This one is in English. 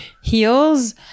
heels